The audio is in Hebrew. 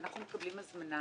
שאנחנו מקבלים הזמנה,